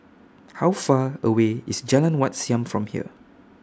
How Far away IS Jalan Wat Siam from here